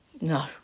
No